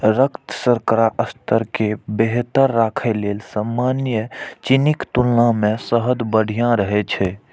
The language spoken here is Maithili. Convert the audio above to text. रक्त शर्करा स्तर कें बेहतर राखै लेल सामान्य चीनीक तुलना मे शहद बढ़िया रहै छै